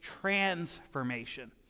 transformation